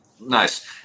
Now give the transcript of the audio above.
Nice